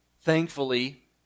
Thankfully